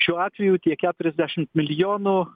šiuo atveju tie keturiasdešimt milijonų